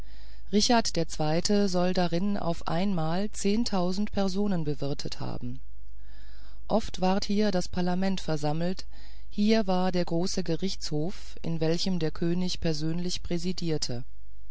richard der zweite soll darin auf einmal zehntausend personen bewirtet haben oft ward hier das parlament versammelt hier war der große gerichtshof in welchem der könig persönlich präsidierte